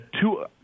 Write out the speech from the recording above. two